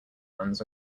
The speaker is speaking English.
runs